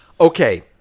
Okay